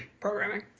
programming